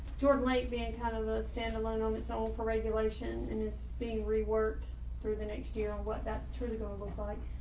jordan late being kind of a standalone on its own for regulation, and it's being reworked through the next year and what that's truly going to look like.